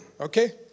Okay